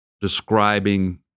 describing